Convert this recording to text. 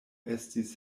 estis